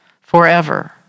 forever